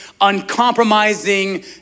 uncompromising